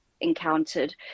encountered